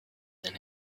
than